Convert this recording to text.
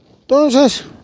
Entonces